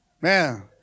Man